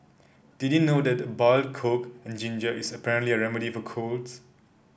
did you know that boiled coke and ginger is apparently a remedy for colds